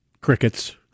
Crickets